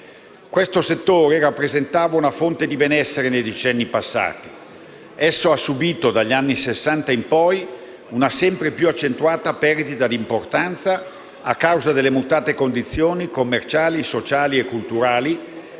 Questo settore, che rappresentava una fonte di benessere nei decenni passati, ha subito dagli anni Sessanta in poi una sempre più accentuata perdita d'importanza a causa delle mutate condizioni commerciali, sociali e culturali,